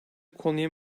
konuya